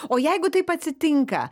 o jeigu taip atsitinka